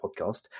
podcast